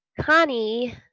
Connie